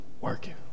working